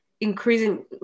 increasing